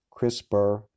CRISPR